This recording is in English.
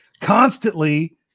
constantly